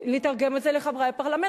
לתרגם את זה לחברי הפרלמנט.